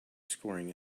scoring